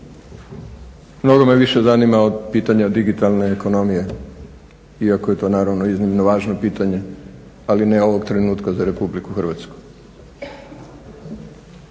Mnogo me više zanima od pitanja digitalne ekonomije, iako je to naravno iznimno važno pitanje, ali ne ovog trenutka za Republiku Hrvatsku.